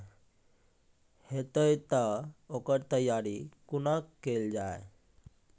हेतै तअ ओकर तैयारी कुना केल जाय?